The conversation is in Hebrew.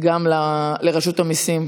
גם לרשות המיסים,